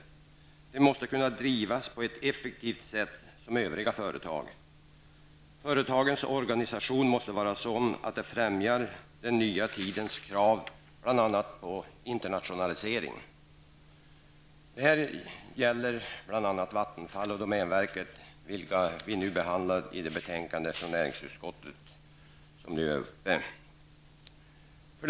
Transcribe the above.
De måste kunna drivas på ett effektivt sätt, som övriga företag. Företagens organisation måste vara sådan att den främjar den nya tidens krav, bl.a. på internationalisering. Detta gäller bl.a. Vattenfall och domänverket, vilka behandlas i det betänkande från näringsutskottet som vi nu diskuterar.